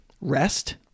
rest